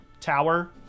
Tower